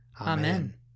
Amen